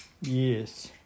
Yes